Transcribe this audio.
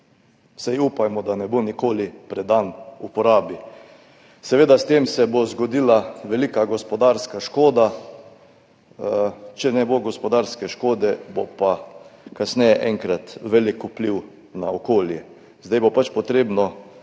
vsaj upajmo, da ne bo nikoli predan uporabi. Seveda, s tem se bo zgodila velika gospodarska škoda, če ne bo gospodarske škode, bo pa kasneje enkrat velik vpliv na okolje. Zdaj bo pač treba